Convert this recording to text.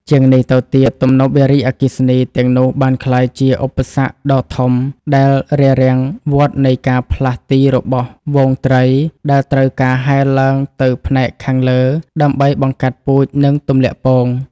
ជាងនេះទៅទៀត ទំនប់វារីអគ្គិសនីទាំងនោះបានក្លាយជាឧបសគ្គដ៏ធំ ដែលរារាំងវដ្តនៃការផ្លាស់ទីរបស់ហ្វូងត្រី ដែលត្រូវការហែលឡើងទៅផ្នែកខាងលើដើម្បីបង្កាត់ពូជ និងទម្លាក់ពង។